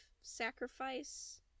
sacrifice